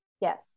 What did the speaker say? Yes